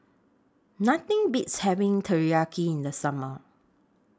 Nothing Beats having Teriyaki in The Summer